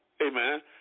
Amen